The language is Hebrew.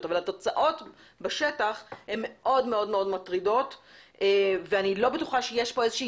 אבל התוצאות בשטח הן מאוד מאוד מטרידות ואני לא בטוחה שיש כאן איזושהי